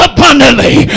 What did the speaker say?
Abundantly